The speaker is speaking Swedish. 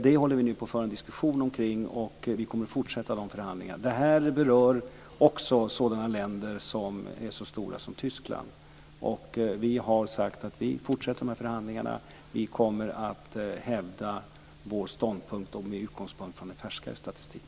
Detta för vi nu en diskussion kring, och vi kommer att fortsätta med dessa förhandlingar. Det berör också sådana stora länder som Tyskland. Vi har sagt att vi i de fortsatta förhandlingarna kommer att hävda vår ståndpunkt med utgångspunkt från en färskare statistik.